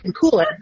cooler